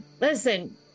Listen